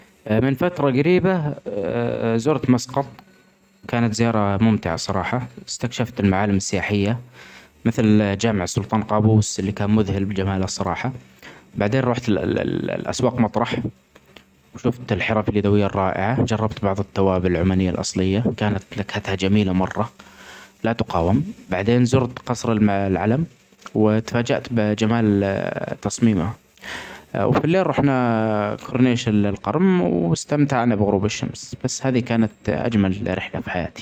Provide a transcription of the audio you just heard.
من فتره قريبه زرت مسقط كانت زياره ممتعه الصراحه استكشفت المعالم السياحية مثل جامع السلطان قابوس اللي كان مذهل بجماله الصراحه. بعدين رحت ال الاسواق مطرح وشفت الحرف اليدويه الرائع. جربت بعض التوابل العمانية الاصلية, كانت نكهتها جميلة مرة لا تقاوم. بعدين زرت قصر الم-العلم واتفاجأة بجمال تصميمه وفي بليل رحنا كورنيش القرم واستمتعنا بغروب الشمس بس هذه كانت اجمل رحله في حياتي.